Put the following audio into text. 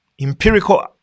empirical